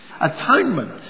Atonement